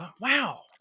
wow